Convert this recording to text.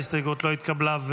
ההסתייגות לא התקבלה.